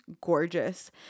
gorgeous